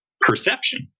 perception